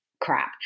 crap